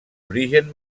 origen